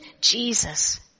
Jesus